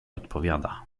odpowiada